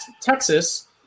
Texas